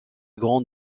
grands